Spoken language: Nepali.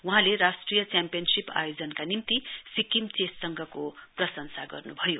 वहाँले राष्ट्रिय च्याम्पियनशीप आयोजनका निम्ति सिक्किम चेस संघको प्रशंसा गर्न्भयो